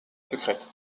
secrète